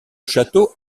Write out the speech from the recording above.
château